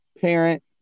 parent